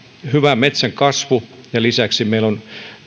hyvä metsänkasvu ja lisäksi meillä on